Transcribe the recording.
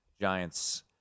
Giants